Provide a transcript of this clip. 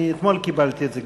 אני אתמול קיבלתי את זה,